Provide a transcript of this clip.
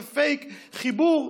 איזה פייק חיבור,